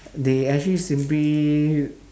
they actually simply